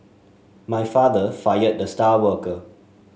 my father fired the star worker